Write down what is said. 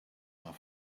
are